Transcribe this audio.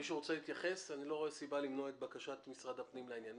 אני לא רואה סיבה למנוע את בקשת משרד הפנים בעניין.